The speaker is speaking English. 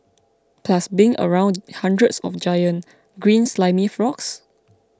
plus being around hundreds of giant green slimy frogs